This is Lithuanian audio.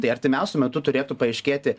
tai artimiausiu metu turėtų paaiškėti